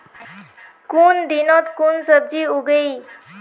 कुन दिनोत कुन सब्जी उगेई?